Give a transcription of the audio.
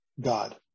God